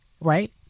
right